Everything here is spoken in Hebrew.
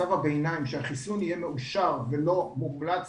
מצב הביניים שהחיסון יהיה מאושר ולא מומלץ